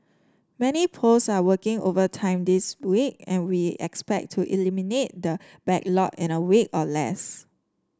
many posts are working overtime this week and we expect to eliminate the backlog in a week or less